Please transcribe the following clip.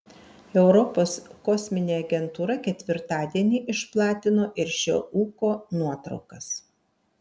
europos kosminė agentūra ketvirtadienį išplatino ir šio ūko nuotraukas